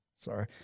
sorry